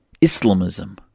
Islamism